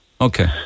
Okay